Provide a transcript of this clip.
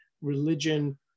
religion